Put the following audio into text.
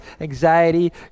anxiety